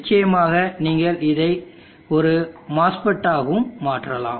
நிச்சயமாக நீங்கள் இதை ஒரு MOSFET ஆகவும் மாற்றலாம்